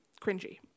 Cringy